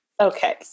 Okay